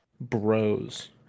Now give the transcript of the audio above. bros